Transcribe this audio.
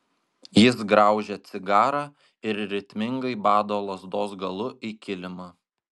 jis graužia cigarą ir ritmingai bado lazdos galu į kilimą